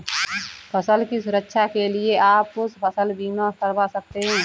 फसल की सुरक्षा के लिए आप फसल बीमा करवा सकते है